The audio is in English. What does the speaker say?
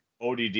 ODD